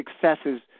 successes